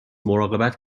مراقبت